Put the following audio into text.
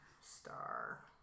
star